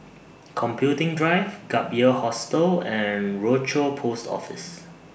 Computing Drive Gap Year Hostel and Rochor Post Office